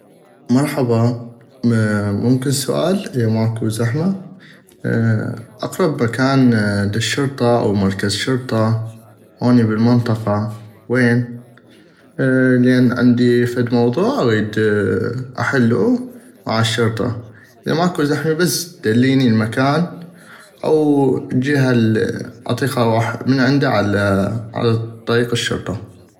مرحبا ممكن سوال اذا ماكو زحمة اقرب مكان للشرطة او مركز شرطة هوني بل المنطقة وين لان عندي فد موضوع اغيد احلو مع الشرطة اذا ماكو زحمي بس دليني المكان او الجيهة الي اطيق اغوح من عندا على طريق الشرطة.